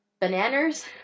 bananas